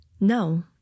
No